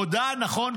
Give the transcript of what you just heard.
הודה: נכון,